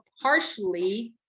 partially